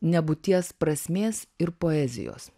nebūties prasmės ir poezijos